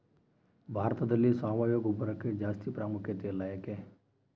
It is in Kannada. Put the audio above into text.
ಭಾರತದಲ್ಲಿ ಸಾವಯವ ಗೊಬ್ಬರಕ್ಕೆ ಜಾಸ್ತಿ ಪ್ರಾಮುಖ್ಯತೆ ಇಲ್ಲ ಯಾಕೆ?